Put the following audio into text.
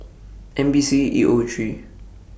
N B C E O three